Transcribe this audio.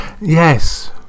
Yes